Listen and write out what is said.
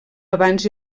abans